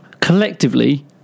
collectively